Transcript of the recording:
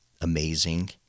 amazing